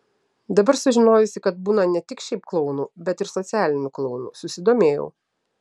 dabar sužinojusi kad būna ne tik šiaip klounų bet ir socialinių klounų susidomėjau